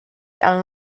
and